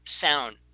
sound